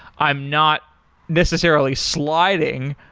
i'm not necessarily sliding.